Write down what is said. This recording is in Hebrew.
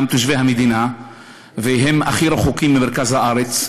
תושבי המדינה והם הכי רחוקים ממרכז הארץ.